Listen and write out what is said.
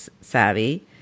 savvy